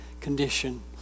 condition